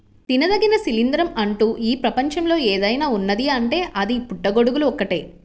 తినదగిన శిలీంద్రం అంటూ ఈ ప్రపంచంలో ఏదైనా ఉన్నదీ అంటే అది పుట్టగొడుగులు ఒక్కటే